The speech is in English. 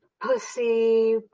pussy